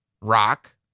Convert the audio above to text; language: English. Rock